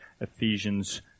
Ephesians